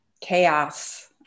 chaos